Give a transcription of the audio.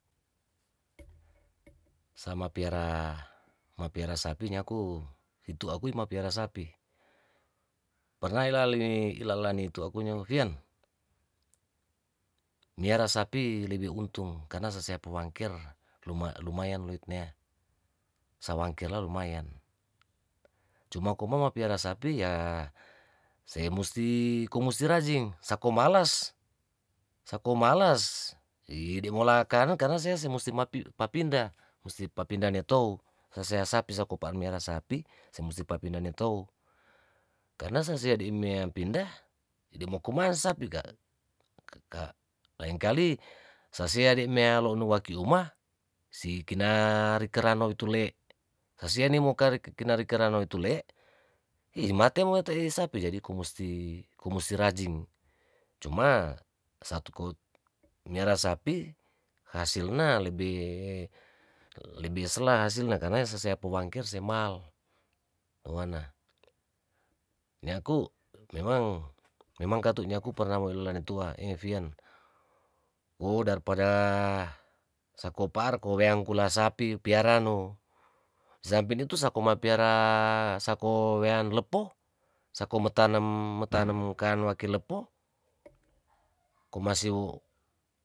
samapiara mapiara sapi nyaku hitu akui ma piara sapi perna ilalani ilalani nituaku nyo fian miara sapi lebe untung karna saseapawangker luma lumayan luitnea, sawangkera lumayan cuma koman mapiara sapi yaa sei musti komusti rajing sako malas sako malas deamola kanen kanen semusti papindah musti papindah netou sasea sapi sakopaan miara sapi se musti papindah netou karna sasea di'mea pindah dimokumara sapi ka' laengkali sasea dimea lo' numaki uma si kinari ranow tule' sasiani mokare ke kinari keranoy tule' imate matei sapi jadi komusti komusti rajing cuma satukut nerasapi hasilna lebe sela hasilna karna karna sesea tumangkir semal toana niaku memang katu nyaku pernah wai lelolenatua eh fien wo darpada sakopar koweangkula sapi piarano binitu sako ma piara sako wean lepoh sako motenem motanem mokaan waki lepoh komasio.